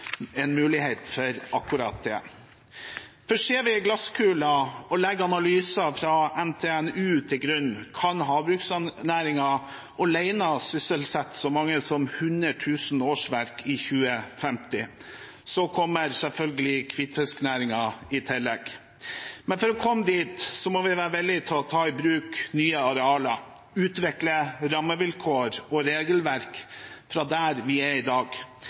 en mulighet for akkurat det. Ser vi i glasskulen og legger analyser fra NTNU til grunn, kan havbruksnæringen alene sysselsette så mange som 100 000 årsverk i 2050. Så kommer selvfølgelig hvitfisknæringen i tillegg. Men for å komme dit må vi være villige til å ta i bruk nye arealer, utvikle rammevilkår og regelverk fra der vi er i dag,